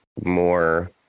more